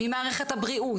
ממערכת הבריאות,